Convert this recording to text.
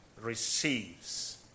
receives